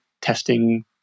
testing